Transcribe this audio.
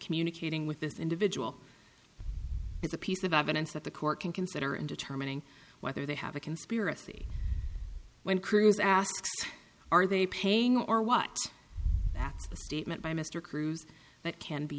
communicating with this individual is a piece of evidence that the court can consider in determining whether they have a conspiracy when cruz asks are they paying or what that statement by mr cruz that can be